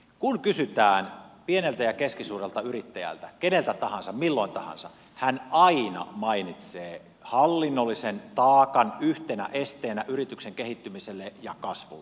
kun kysytään pieneltä ja keskisuurelta yrittäjältä keneltä tahansa milloin tahansa hän aina mainitsee hallinnollisen taakan yhtenä esteenä yrityksen kehittymiselle ja kasvulle